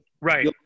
Right